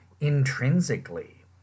intrinsically